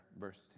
verse